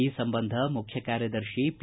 ಈ ಸಂಬಂಧ ಮುಖ್ಯ ಕಾರ್ಯದರ್ಶಿ ಪಿ